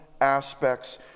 aspects